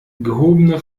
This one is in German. gehobene